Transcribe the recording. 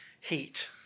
heat